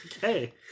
Hey